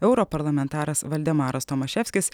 europarlamentaras valdemaras tomaševskis